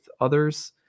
others